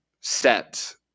set